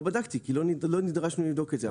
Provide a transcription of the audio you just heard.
לא בדקתי, כי לא נדרש ממני לבדוק את זה.